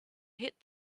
hit